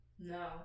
No